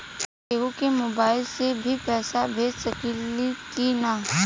केहू के मोवाईल से भी पैसा भेज सकीला की ना?